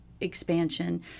expansion